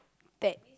that